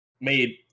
made